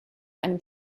einem